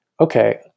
okay